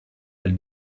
elle